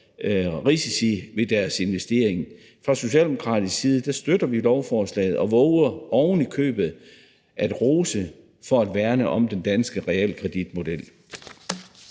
risici ved deres investering. Fra socialdemokratisk side støtter vi lovforslaget og vover ovenikøbet at rose det for at værne om den danske realkreditmodel.